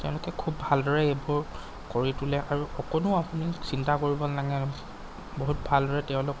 তেওঁলোকে খুব ভালদৰে এইবোৰ কৰি তোলে আৰু অকণো আপুনি চিন্তা কৰিব নালাগে বহুত ভালদৰে তেওঁলোক